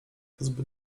zbyt